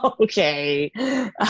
Okay